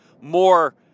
more